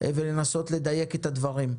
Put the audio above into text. כדי לנסות לדייק את הדברים.